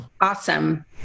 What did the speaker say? Awesome